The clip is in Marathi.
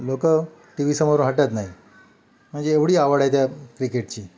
लोक टी व्हीसमोरून हटत नाही म्हणजे एवढी आवड आहे त्या क्रिकेटची